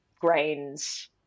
grains